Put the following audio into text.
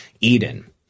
Eden